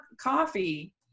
coffee